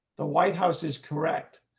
the white house is correct.